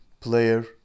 player